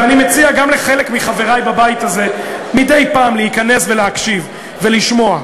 ואני מציע גם לחלק מחברי בבית הזה מדי פעם להיכנס ולהקשיב ולשמוע,